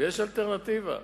ויש אלטרנטיבה,